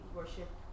worship